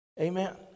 Amen